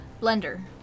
Blender